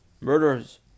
murderers